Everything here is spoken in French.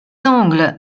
angles